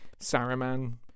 Saruman